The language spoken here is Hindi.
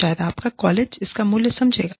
शायद आपका कॉलेज इसका मूल्य समझेगा